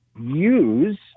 use